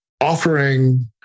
offering